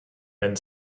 ben